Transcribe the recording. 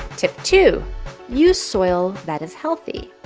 tip two use soil that is healthy.